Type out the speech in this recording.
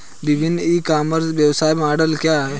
विभिन्न e commerce व्यवसाय model क्या हैं?